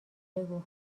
بگو